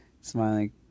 smiling